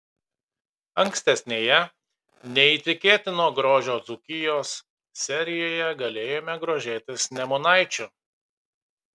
ankstesnėje neįtikėtino grožio dzūkijos serijoje galėjome grožėtis nemunaičiu